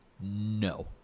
no